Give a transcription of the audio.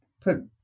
put